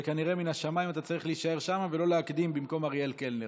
וכנראה מן השמיים אתה צריך להישאר שם ולא להקדים במקום אריאל קלנר.